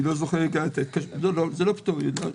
זה לא פטור ממכרז.